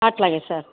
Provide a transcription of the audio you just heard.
అట్లాగే సార్